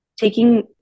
taking